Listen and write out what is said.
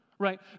Right